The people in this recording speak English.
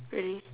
really